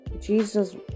Jesus